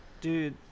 dude